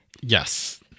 yes